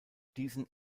diesen